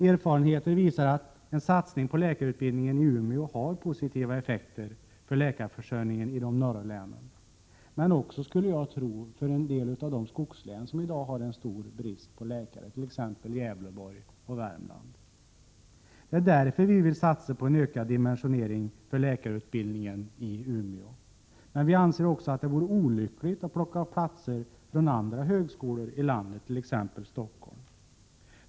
Erfarenheterna visar att en satsning på läkarutbildning i Umeå har positiva effekter för läkarförsörjningen i de norra länen men också för en del av de skogslän som har stor brist på läkare, t.ex. Gävleborgs och Värmlands län. Det är därför som vi vill satsa på en ökad dimensionering av läkarutbildningen i Umeå. Vi anser emellertid också att det vore olyckligt att minska antalet platser vid andra högskolor i landet, t.ex. i Stockholm.